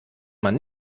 man